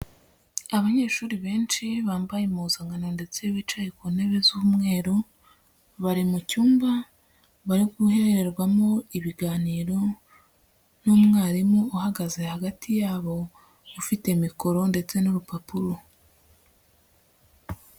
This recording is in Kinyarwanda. Abanyeshuri benshi bambaye impuzankano ndetse bicaye ku ntebe z'umweru, bari mu cyumba bari guhererwamo ibiganiro n'umwarimu uhagaze hagati yabo, ufite mikoro ndetse n'urupapuro.